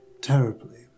terribly